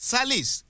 Salis